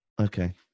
Okay